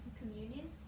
Communion